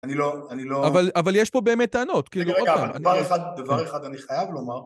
אני לא, אני לא... אבל יש פה באמת טענות, כאילו, רגע, רגע. דבר אחד, דבר אחד, אני חייב לומר...